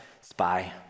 Spy